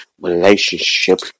Relationship